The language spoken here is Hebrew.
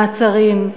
מעצרים,